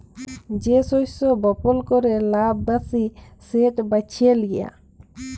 যে শস্য বপল ক্যরে লাভ ব্যাশি সেট বাছে লিয়া